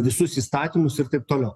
visus įstatymus ir taip toliau